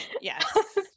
Yes